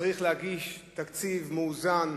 צריך להגיש תקציב מאוזן,